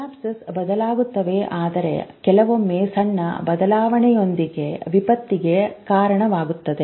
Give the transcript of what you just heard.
synapses ಬದಲಾಗುತ್ತದೆ ಆದರೆ ಕೆಲವೊಮ್ಮೆ ಸಣ್ಣ ಬದಲಾವಣೆಯೊಂದಿಗೆ ವಿಪತ್ತಿಗೆ ಕಾರಣವಾಗುತ್ತದೆ